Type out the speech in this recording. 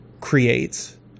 creates